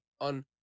on